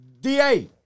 DA